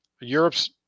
Europe's